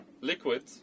liquid